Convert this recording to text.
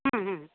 হুম হুম